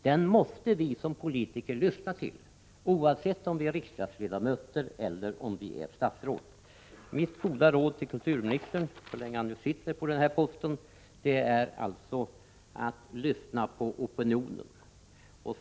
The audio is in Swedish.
Den måste vi som politiker lyssna till, oavsett om vi är riksdagsledamöter eller om vi är statsråd. Mitt goda råd till kulturministern — så länge han nu sitter på denna post — är att han skall lyssna på opinionen.